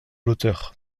l’auteur